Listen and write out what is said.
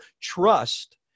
trust